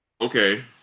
okay